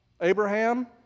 Abraham